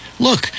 Look